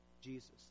Jesus